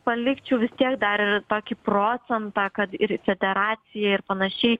palikčiau vis tiek dar ir tokį procentą kad ir federacija ir panašiai